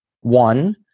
One